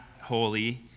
holy